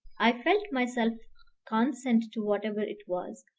i felt myself consent to whatever it was.